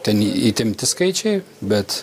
ten į įtempti skaičiai bet